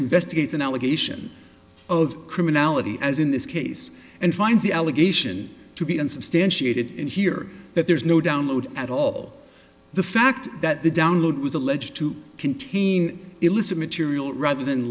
investigates an allegation of criminality as in this case and finds the allegation to be unsubstantiated in here that there's no download at all the fact that the download was alleged to contain illicit material rather than